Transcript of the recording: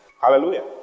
Hallelujah